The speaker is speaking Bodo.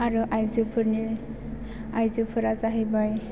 आरो आइजोफोरनि आइजोफोरा जाहैबाय